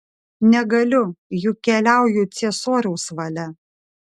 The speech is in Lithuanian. negaliu juk keliauju ciesoriaus valia